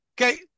Okay